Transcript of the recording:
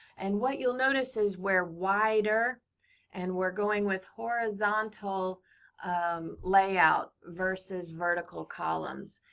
and what you'll notice is we're wider and we're going with horizontal layout versus vertical columns.